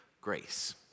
grace